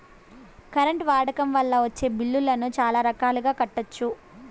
current వాడకం వల్ల వచ్చే బిల్లులను చాలా రకాలుగా కట్టొచ్చు